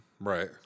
Right